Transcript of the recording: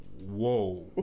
Whoa